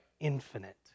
infinite